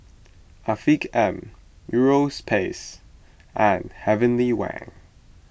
Afiq M Europace and Heavenly Wang